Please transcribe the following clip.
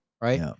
right